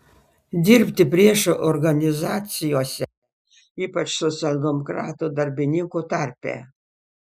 dirbti priešo organizacijose ypač socialdemokratų darbininkų tarpe